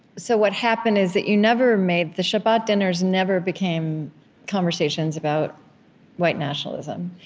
so what happened is that you never made the shabbat dinners never became conversations about white nationalism.